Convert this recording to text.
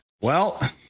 Well-